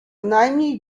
najmniej